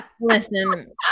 listen